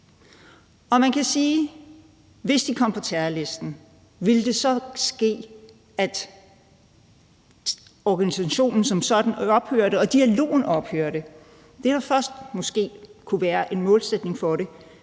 om der, hvis de kom på terrorlisten, så ville ske det, at organisationen som sådan ophørte og dialogen ophørte. Det, der først måske kunne være en målsætning for det,